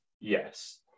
Yes